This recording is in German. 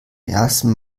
ersten